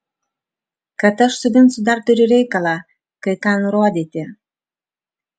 kad aš su vincu dar turiu reikalą kai ką nurodyti